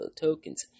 tokens